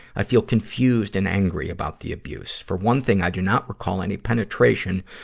i feel confused and angry about the abuse. for one thing, i do not recall any penetration,